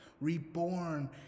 Reborn